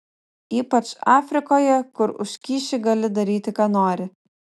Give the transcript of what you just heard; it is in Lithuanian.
ypač afrikoje kur už kyšį gali daryti ką nori